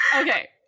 Okay